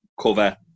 cover